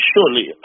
Surely